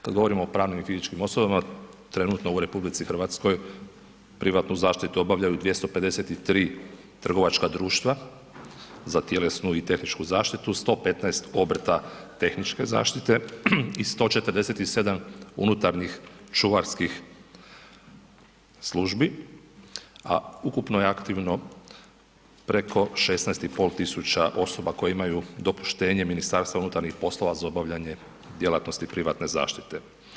Kad govorimo o pravnim i fizičkim osobama, trenutno u RH privatnu zaštitu obavljaju 253 trgovačka društva za tjelesnu i tehničku zaštitu, 115 obrta tehničke zaštite i 147 unutarnjih čuvarskih službi, a ukupno je aktivno preko 16,5 tisuća osoba koje imaju dopuštenje MUP-a za obavljanje djelatnosti privatne zaštite.